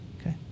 Okay